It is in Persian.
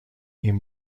این